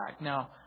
Now